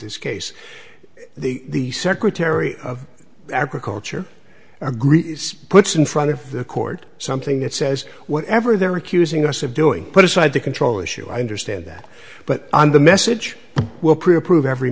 this case the the secretary of agriculture agreed puts in front of the court something that says whatever they're accusing us of doing put aside the control issue i understand that but and the message will pre approve every